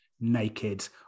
Naked